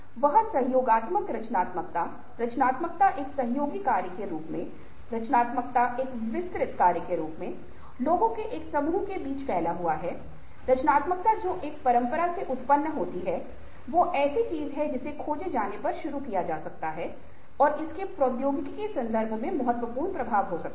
वह सहयोगात्मक रचनात्मकता रचनात्मकता एक सहयोगी कार्य के रूप में रचनात्मकता एक विसरित कार्य के रूप में लोगों के एक समूह के बीच फैला हुआ है रचनात्मकता जो एक परंपरा से उत्पन्न होती है वो ऐसी चीज है जिसे खोजे जाने पर शुरू किया जा सकता है और इसके प्रौद्योगिकी के संदर्भ पर महत्वपूर्ण प्रभाव हो सकते हैं